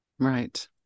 Right